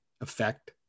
effect